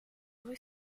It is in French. rue